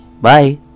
Bye